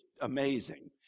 amazing